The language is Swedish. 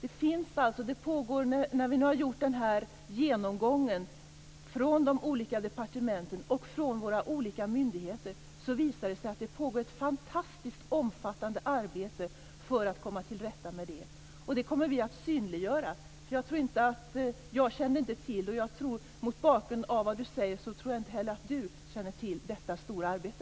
Efter denna genomgång av departementen och myndigheterna har det visat sig att det pågår ett fantastiskt omfattande arbete för att komma till rätta med situationen. Det kommer vi att synliggöra. Jag har inte känt till och, mot bakgrund av vad Sofia Jonsson har sagt, inte heller Sofia Jonsson har känt till detta stora arbete.